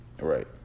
Right